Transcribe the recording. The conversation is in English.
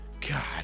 God